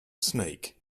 snake